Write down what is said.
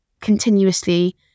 continuously